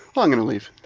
i'm gonna leave.